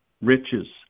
riches